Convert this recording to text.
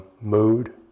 mood